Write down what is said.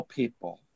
people